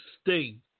Sting